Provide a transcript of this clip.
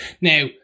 Now